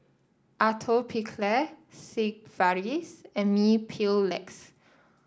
Atopiclair Sigvaris and Mepilex